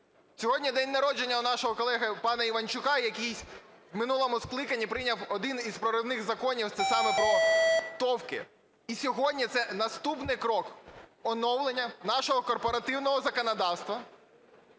Сьогодні день народження нашого колеги пана Іванчука, який в минулому скликанні прийняв один із проривних законів, це саме про "товки". І сьогодні це наступний крок оновлення нашого корпоративного законодавства